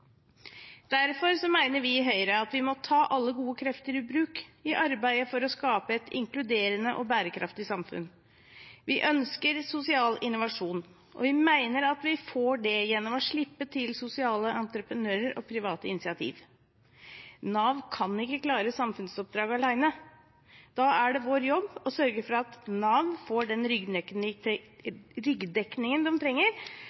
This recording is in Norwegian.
Derfor mener vi i Høyre at vi må ta alle gode krefter i bruk i arbeidet for å skape et inkluderende og bærekraftig samfunn. Vi ønsker sosial innovasjon, og vi mener at vi får det gjennom å slippe til sosiale entreprenører og private initiativ. Nav kan ikke klare samfunnsoppdraget alene. Da er det vår jobb å sørge for at Nav får den ryggdekningen de trenger